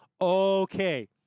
Okay